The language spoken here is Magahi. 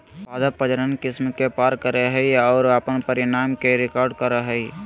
पादप प्रजनन किस्म के पार करेय हइ और अपन परिणाम के रिकॉर्ड करेय हइ